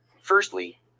firstly